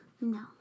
No